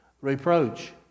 reproach